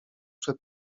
przed